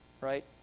right